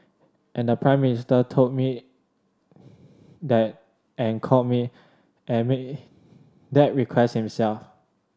and the Prime Minister told me that and called me and made that request himself